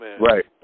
Right